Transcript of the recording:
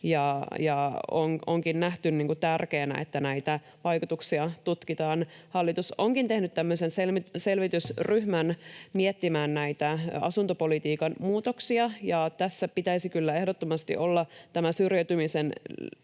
onkin nähty tärkeänä, että näitä vaikutuksia tutkitaan. Hallitus onkin tehnyt tämmöisen selvitysryhmän miettimään näitä asuntopolitiikan muutoksia, ja tässä pitäisi kyllä ehdottomasti olla tämä syrjäytymisen